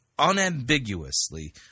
unambiguously